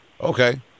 okay